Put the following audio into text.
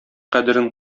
кадерен